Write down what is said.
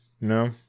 No